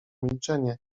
milczenie